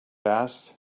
asked